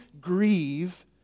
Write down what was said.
grieve